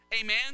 Amen